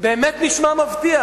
באמת נשמע מבטיח.